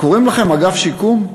קוראים לכם אגף שיקום?